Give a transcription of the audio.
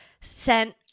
sent